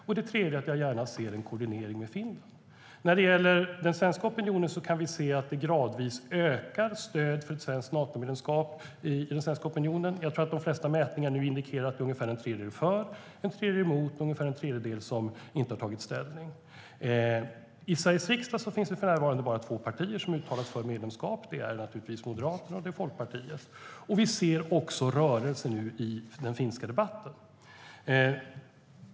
Och det tredje är att jag gärna ser en koordinering med Finland. I den svenska opinionen ökar stödet för ett svenskt Natomedlemskap gradvis. Jag tror att de flesta mätningar nu indikerar att ungefär en tredjedel är för, att en tredjedel är emot och att en tredjedel inte har tagit ställning. I Sveriges riksdag finns det för närvarande bara två partier som är uttalat för medlemskap. Det är naturligtvis Moderaterna, och det är Folkpartiet. Nu ser vi också rörelser i den finska debatten.